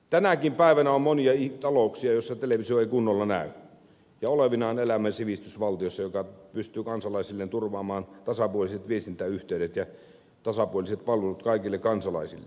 tänäkin päivänä on monia talouksia joissa televisio ei kunnolla näy ja olevinaan elämme sivistysvaltiossa joka pystyy kansalaisilleen turvaamaan tasapuoliset viestintäyhteydet ja tasapuoliset palvelut kaikille kansalaisille